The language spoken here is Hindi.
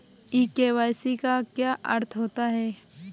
ई के.वाई.सी का क्या अर्थ होता है?